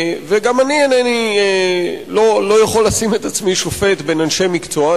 גם אני לא יכול לשים את עצמי שופט בין אנשי מקצוע.